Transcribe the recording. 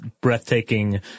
breathtaking